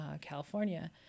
California